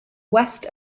west